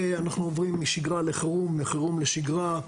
ואנחנו עוברים משגרה לחירום, מחירום לשגרה.